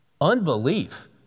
Unbelief